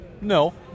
No